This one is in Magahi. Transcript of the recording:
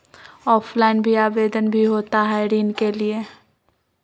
ऑफलाइन भी आवेदन भी होता है ऋण के लिए?